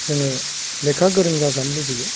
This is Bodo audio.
जोङो लेखा गोरों जाजानो लुबैयो